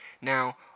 Now